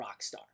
Rockstar